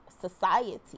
society